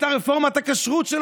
את רפורמת הכשרות,